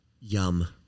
Yum